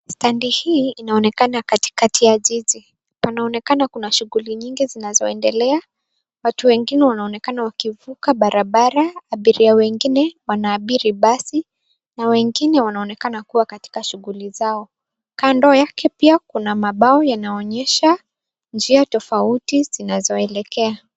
Tandi hii inaonekana katikati ya jiji panaonekana kuna shughuli nyingi zinzoendelea na wengine wanaonekana wakivuka barabara abiria wengine wanaabiri basi na wengine wanaonekana kuwa katika shughuli zao kando yake pia kuna mabao yanaonyesha njia tofauti zinazoelekea.